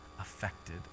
affected